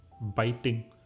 biting